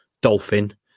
dolphin